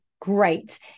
great